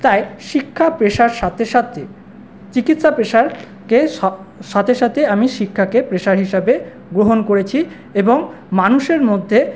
তাই শিক্ষা পেশার সাথে সাথে চিকিৎসা পেশাকে সা সাথে সাথে আমি শিক্ষাকে পেশা হিসাবে গ্রহণ করেছি এবং মানুষের মধ্যে